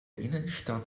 innenstadt